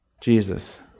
Jesus